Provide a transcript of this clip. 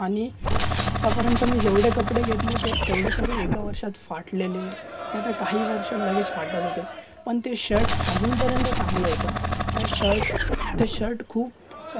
आणि आत्तापर्यंत मी जेवढे कपडे घेतले ते तेवढे सगळे एका वर्षात फाटलेले नाहीतर काही वर्षात लगेच फाटत होते पण ते शर्ट अजूनपर्यंत चांगलं होतं त्या शर्ट ते शर्ट खूप